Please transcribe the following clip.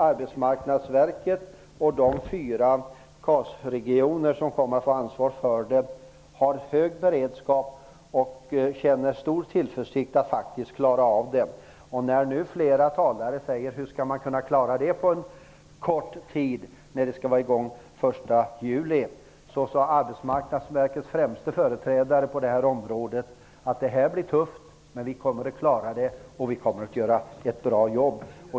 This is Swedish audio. Arbetsmarknadsverket och de fyra KAS-regioner som kommer att ansvara för kontakterna har hög beredskap och känner stor tillförsikt att klara av arbetet. Flera talare undrar hur det hela skall klaras av på så kort tid -- systemet skall vara i gång den 1 juli. Arbetsmarknadsverkets främste företrädare på området har sagt att det kommer att bli tufft, men man kommer att klara av det hela och man kommer att göra ett bra jobb.